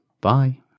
Bye